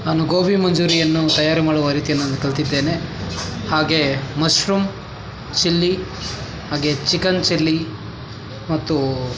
ನಾನು ಗೋಭಿ ಮಂಚೂರಿಯನ್ನು ತಯಾರು ಮಾಡುವ ರೀತಿಯನ್ನು ನಾನು ಕಲಿತಿದ್ದೇನೆ ಹಾಗೇ ಮಶ್ರೂಮ್ ಚಿಲ್ಲಿ ಹಾಗೆ ಚಿಕನ್ ಚಿಲ್ಲಿ ಮತ್ತು